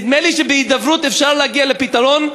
נדמה לי שבהידברות אפשר להגיע לפתרון,